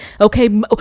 okay